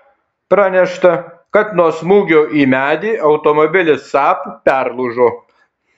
pranešta kad nuo smūgio į medį automobilis saab perlūžo